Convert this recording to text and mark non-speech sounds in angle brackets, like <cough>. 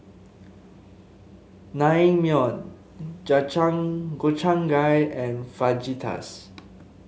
Naengmyeon <unintelligible> Gobchang Gui and Fajitas